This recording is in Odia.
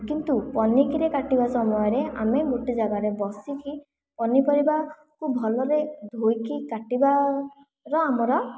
କିନ୍ତୁ ପନିକିରେ କାଟିବା ସମୟରେ ଆମେ ଗୋଟିଏ ଜାଗାରେ ବସିକି ପନିପରିବାକୁ ଭଲରେ ଧୋଇକି କାଟିବା ର ଆମର